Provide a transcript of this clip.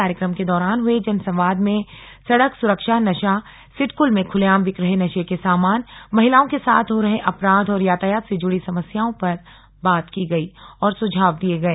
कार्यक्रम के दौरान हुए जनसंवाद में सड़क सुरक्षा नशा सिडकुल में खुलेआम बिक रहे नशे के सामान महिलाओं के साथ हो रहे अपराध और यातायात से जुड़ी समस्यायों पर बात की गई और सुझाव दिए गए